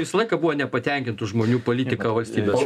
visą laiką buvo nepatenkintų žmonių politika valstybės